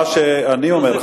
מה שאני אומר,